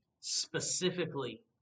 specifically